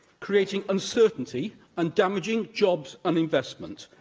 creating uncertainty and damaging jobs and investment,